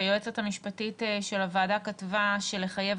אני רק אומר שהיועצת המשפטית של הוועדה כתבה שלחייב